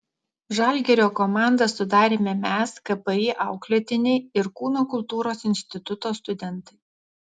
žalgirio komandą sudarėme mes kpi auklėtiniai ir kūno kultūros instituto studentai